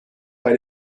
bei